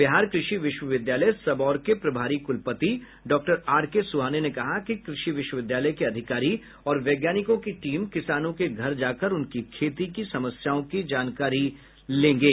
बिहार कृषि विश्वविद्यालय सबौर के प्रभारी कुलपति डॉक्टर आर के सुहाने ने कहा कि कृषि विश्वविद्यालय के अधिकारी और वैज्ञानिकों की टीम किसानों के घर जाकर उनकी खेती की समस्याओं की जानकारी लेंगे